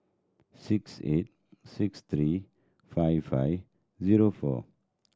six eight six three five five zero four